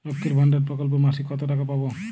লক্ষ্মীর ভান্ডার প্রকল্পে মাসিক কত টাকা পাব?